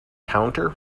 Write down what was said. counter